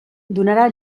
donarà